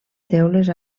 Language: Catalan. teules